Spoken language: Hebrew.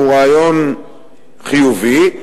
שהוא רעיון חיובי,